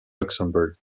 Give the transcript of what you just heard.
luxembourg